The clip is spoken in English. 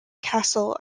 castle